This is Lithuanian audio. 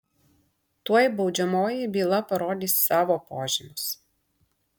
tuoj baudžiamoji byla parodys savo požymius